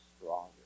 stronger